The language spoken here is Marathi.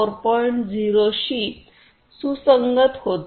0 शी सुसंगत होतील